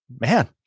man